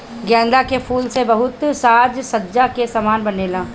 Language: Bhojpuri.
गेंदा के फूल से बहुते साज सज्जा के समान बनेला